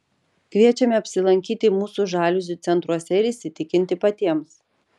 kviečiame apsilankyti mūsų žaliuzių centruose ir įsitikinti patiems